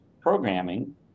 programming